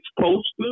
posters